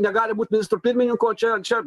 negali būt ministru pirmininku o čia čia